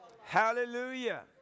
Hallelujah